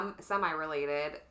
semi-related